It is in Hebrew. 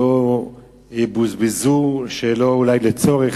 שבוזבזו אולי שלא לצורך,